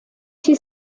she